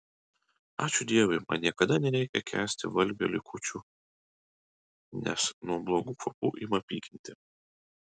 ačiū dievui man niekada nereikia kęsti valgio likučių nes nuo blogų kvapų ima pykinti